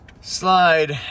Slide